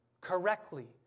correctly